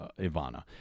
Ivana